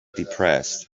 depressed